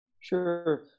Sure